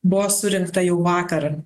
buvo surinkta jau vakar